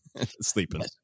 sleeping